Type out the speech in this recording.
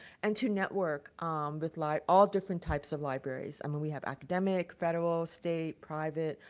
and to network um with like all different types of libraries. i mean, we have academic, federal, state, private,